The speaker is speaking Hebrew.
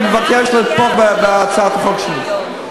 אני מבקש לתמוך בהצעת החוק שלי.